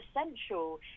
essential